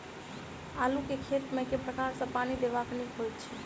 आलु केँ खेत मे केँ प्रकार सँ पानि देबाक नीक होइ छै?